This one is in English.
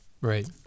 Right